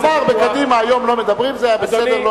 לומר "בקדימה היום לא מדברים" זה בסדר.